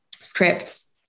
scripts